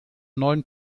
neun